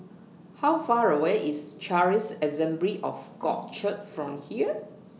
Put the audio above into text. How Far away IS Charis Assembly of God Church from here